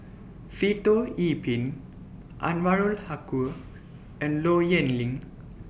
Sitoh Yih Pin Anwarul Haque and Low Yen Ling